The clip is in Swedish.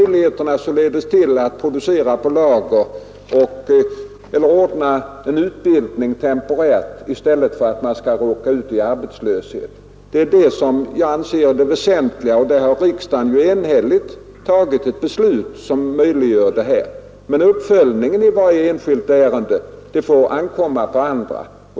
Jag tänker på möjligheterna att producera på lager eller att temporärt ordna en utbildning i stället för att låta arbetstagarna råka ut för arbetslöshet. Det är detta jag anser vara det väsentliga, och riksdagen har enhälligt fattat de beslut som möjliggör detta. Men uppföljningen i varje enskilt ärende får ankomma på andra.